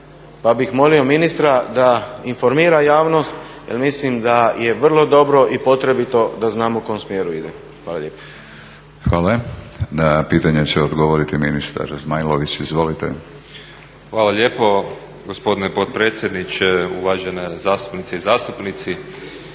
Molio bih ministra da informira javnost jel mislim da je vrlo dobro i potrebito da znamo u kom smjeru ide. Hvala lijepa. **Batinić, Milorad (HNS)** Hvala. Na pitanje će odgovoriti ministar Zmajlović. Izvolite. **Zmajlović, Mihael (SDP)** Hvala lijepo gospodine potpredsjedniče. Uvažene zastupnice i zastupnici.